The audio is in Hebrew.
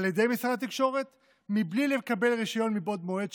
ידי משרד התקשורת בלי לקבל רישיון מבעוד מועד,